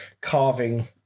carving